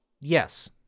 Yes